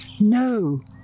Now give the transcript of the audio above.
no